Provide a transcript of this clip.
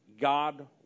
God